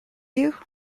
you